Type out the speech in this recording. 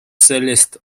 sellist